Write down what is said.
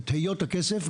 את היות הכסף,